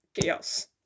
chaos